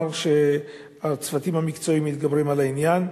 ולומר שהצוותים המקצועיים מתגברים על העניין.